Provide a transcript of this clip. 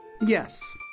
Yes